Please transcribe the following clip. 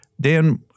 Dan